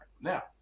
Now